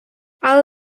але